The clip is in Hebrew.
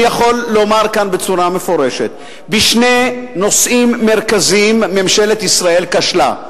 אני יכול לומר פה בצורה מפורשת שבשני נושאים מרכזיים ממשלת ישראל כשלה: